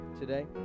today